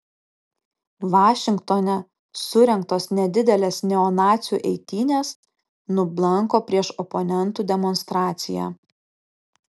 vašingtone surengtos nedidelės neonacių eitynės nublanko prieš oponentų demonstraciją